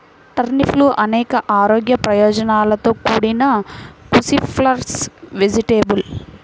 టర్నిప్లు అనేక ఆరోగ్య ప్రయోజనాలతో కూడిన క్రూసిఫరస్ వెజిటేబుల్